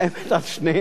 האמת, על שניהם,